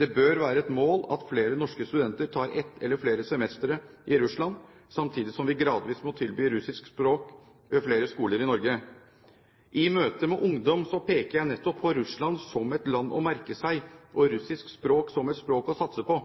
Det bør være et mål at flere norske studenter tar et eller flere semestre i Russland, samtidig som vi gradvis må tilby russisk språk ved flere skoler i Norge. I møter med ungdom peker jeg nettopp på Russland som et land å merke seg, og russisk språk som et språk å satse på.